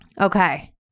Okay